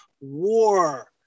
war